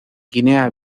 guinea